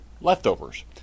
Leftovers